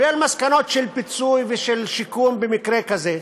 כולל מסקנות של פיצוי ושל שיקום במקרה כזה.